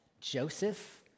Joseph